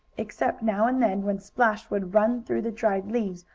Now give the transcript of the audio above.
except, now and then, when splash would run through the dried leaves,